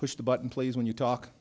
push the button please when you talk